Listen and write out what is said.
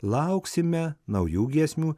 lauksime naujų giesmių